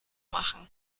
machen